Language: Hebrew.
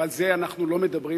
ועל זה אנחנו לא מדברים,